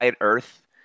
Earth